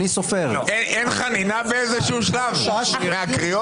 אין חנינה מהקריאות